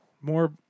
More